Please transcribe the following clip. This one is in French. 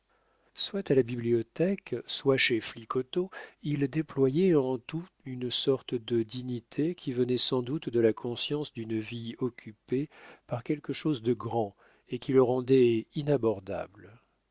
soit à la bibliothèque soit chez flicoteaux il déployait en tout une sorte de dignité qui venait sans doute de la conscience d'une vie occupée par quelque chose de grand et qui le rendait inabordable